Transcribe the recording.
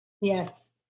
Yes